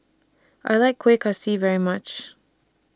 I like Kueh Kaswi very much